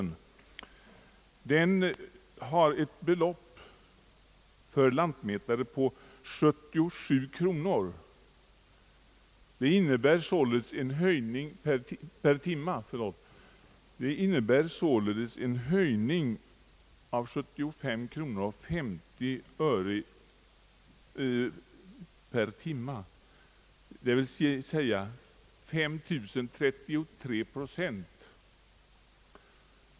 Enligt denna taxa är kostnaden för lantmätare 77 kronor per timme. Det innebär således en höjning med 75 kronor 50 öre per timme, d. v. s 3033 procent.